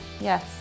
Yes